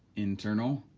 internal,